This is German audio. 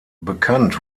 bekannt